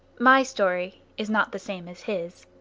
my story is not the same as his.